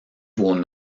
vos